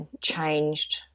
changed